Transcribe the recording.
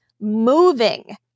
moving